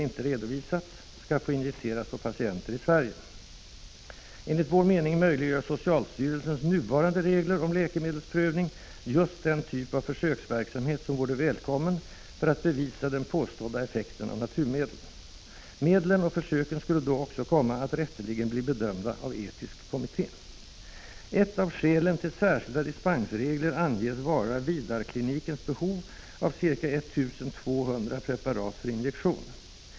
inte redovisats, skall få injiceras på patienter i Sverige. ——— Enligt vår mening möjliggör Socialstyrelsens nuvarande regler om läkemedelsprövning just den typ av försöksverksamhet som vore välkommen för att bevisa den påstådda effekten av naturmedel. Medlen och försöken skulle då också komma att rätteligen bli bedömda av etisk kommitté. ——— Ett av skälen till särskilda dispensregler anges vara Vidarklinikens behov av ca. 1 200 preparat för injektion.